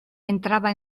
entraba